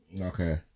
Okay